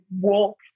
walk